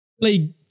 play